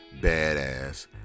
badass